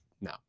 No